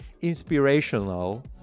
inspirational